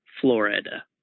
Florida